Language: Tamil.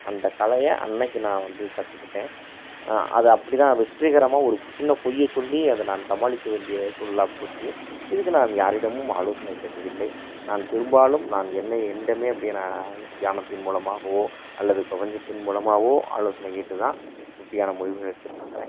அந்த கலையை அன்றைக்கு நான் வந்து கற்றுக்கிட்டேன் அது அப்படிதான் வெற்றிகரமாக ஒரு சின்ன பொய்யை சொல்லி அதை நான் சமாளிக்க வேண்டிய சூழலா போச்சு இதுக்கு நான் யாரிடமும் ஆலோசனை கேட்டதில்லை நான் பெரும்பாலும் நான் என்னை என்னிடமே அப்படியே நான் தியானத்தின் மூலமாகவோ அல்லது பிரபஞ்சத்தின் மூலமாகவோ ஆலோசனை கேட்டுதான் இப்படியான முடிவுகள் எடுத்துகிட்ருக்கறேன்